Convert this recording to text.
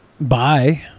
Bye